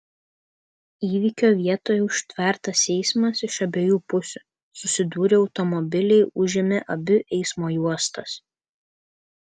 įvykio vietoje užtvertas eismas iš abiejų pusių susidūrė automobiliai užėmė abi eismo juostas